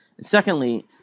Secondly